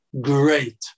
Great